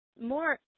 more